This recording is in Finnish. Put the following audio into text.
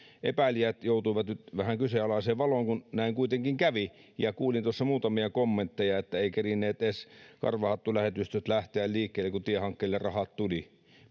epäilijät joutuivat nyt vähän kyseenalaiseen valoon kun näin kuitenkin kävi ja kuulin tuossa muutamia kommentteja että eivät kerenneet edes karvahattulähetystöt lähteä liikkeelle kun tiehankkeelle rahat tulivat